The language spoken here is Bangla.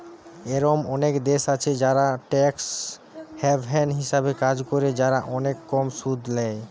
এরোম অনেক দেশ আছে যারা ট্যাক্স হ্যাভেন হিসাবে কাজ করে, যারা অনেক কম সুদ ল্যায়